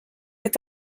est